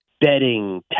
Bedding